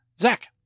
Zach